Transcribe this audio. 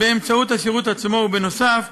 באמצעות השירות עצמו, ובנוסף,